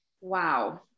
Wow